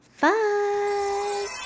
bye